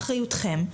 באחריותכם,